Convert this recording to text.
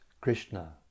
Krishna